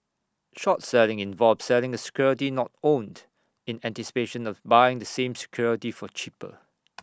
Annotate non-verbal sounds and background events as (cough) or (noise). short selling involves selling A security not owned in anticipation of buying the same security for cheaper (noise)